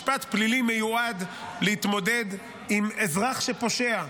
משפט פלילי מיועד להתמודד עם אזרח שפושע,